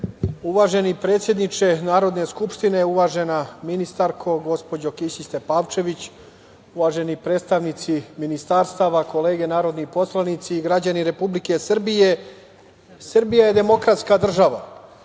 predsedniče Narodne skupštine, uvažena ministarko, gospođo Kisić Tepavčević, uvaženi predstavnici ministarstava, kolege narodni poslanici i građani Republike Srbije, Srbija je demokratska država